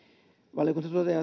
valiokunta toteaa